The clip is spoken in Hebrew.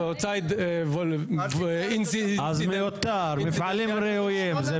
אני לא אומר שזה בסדר או לא בסדר, מפעל ראוי.